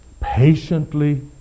patiently